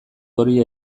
hori